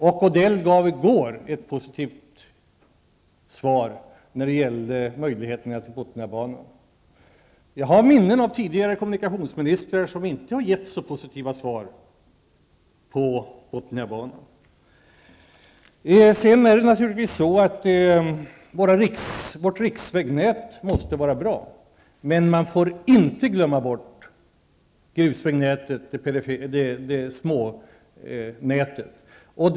Mats Odell gav i går ett positivt svar om möjligheterna när det gäller Bothniabanan. Jag har minnen från tidigare kommunikationsministrar som inte har gett ett så positivt svar beträffande Bothniabanan. Naturligtvis måste vårt riksvägnät vara bra. Men man får inte glömma bort grusvägnätet, småvägsnätet.